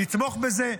נתמוך בזה.